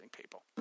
people